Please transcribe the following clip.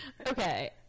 Okay